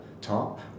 top